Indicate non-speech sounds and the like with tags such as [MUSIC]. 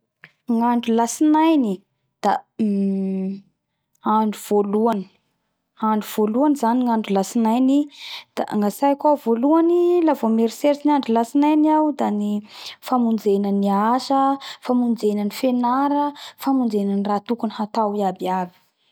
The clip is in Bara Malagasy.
Gnandro latsinainy da [HESITATION] hum andro voalohany andro voalohany zany andro latsinainy da gnatsaiko ao voalohany la vo mieritseritsy andro latsinainy aho da ny famonjena ny asa famonjena fenara famonjena raha tokony hatao iaby iaby